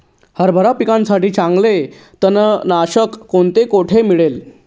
हरभरा पिकासाठी चांगले तणनाशक कोणते, कोठे मिळेल?